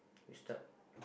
you start